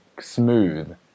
smooth